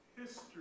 History